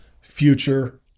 future